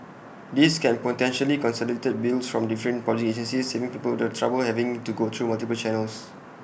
this can potentially consolidate bills from different public agencies saving people the trouble of having to go through multiple channels